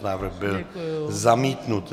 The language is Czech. Návrh byl zamítnut.